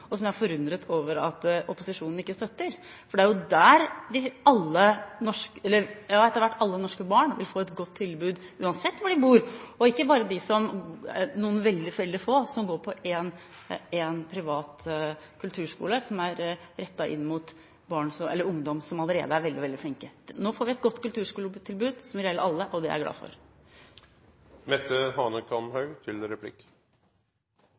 og som jeg er forundret over at opposisjonen ikke støtter. Det er jo der alle norske barn etter hvert vil få et godt tilbud uansett hvor de bor – ikke bare noen veldig, veldig få som går på en privat kulturskole rettet inn mot ungdom som allerede er veldig, veldig flinke. Nå får vi et godt kulturskoletilbud som vil gjelde alle, og det jeg glad for. Representanten Aasen var i sitt innlegg inne på viktigheten av internasjonal erfaring og utveksling, og at det nå er åpnet for at flere studenter får muligheten til